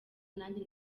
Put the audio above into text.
nanjye